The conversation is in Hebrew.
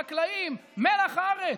חקלאים, מלח הארץ,